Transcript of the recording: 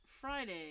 Friday